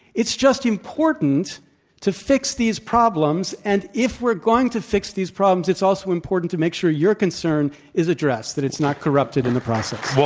it's just important to fix these problems, and if we're going to fix these problems it's also important to make sure your concern is addressed, that it's not corrupted in the process.